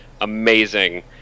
amazing